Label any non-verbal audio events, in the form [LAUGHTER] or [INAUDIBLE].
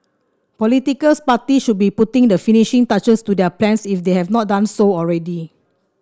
political [UNINTELLIGIBLE] party should be putting the finishing touches to their plans if they have not done so already